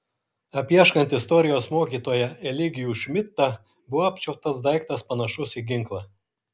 apieškant istorijos mokytoją eligijų šmidtą buvo apčiuoptas daiktas panašus į ginklą